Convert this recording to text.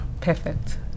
Perfect